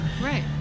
Right